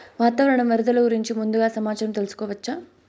వాతావరణం వరదలు గురించి ముందుగా సమాచారం తెలుసుకోవచ్చా?